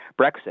Brexit